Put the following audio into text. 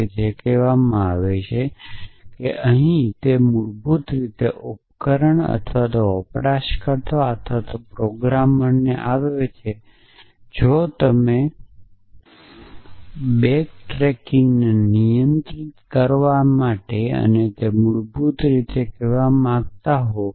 અને તે શું કરે છે તે મૂળભૂત રીતે ઉપકરણ વપરાશકર્તા અથવા પ્રોગ્રામરને આપે છે જેનાથી તમે બેક ટ્રેકિંગને નિયંત્રિત કરી શકો છો